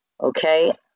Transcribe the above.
Okay